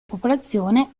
popolazione